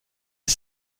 est